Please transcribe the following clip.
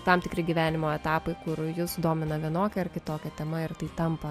tam tikri gyvenimo etapai kur jus domina vienokia ar kitokia tema ir tai tampa